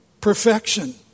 perfection